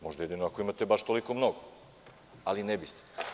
Možda jedino ako imate baš toliko mnogo, ali ne biste.